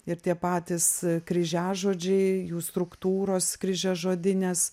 ir tie patys kryžiažodžiai jų struktūros kryžiažodinės